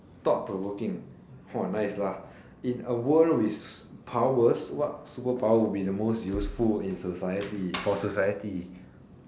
thought provoking nice lah in a world with powers what superpower would be the most useful in society for society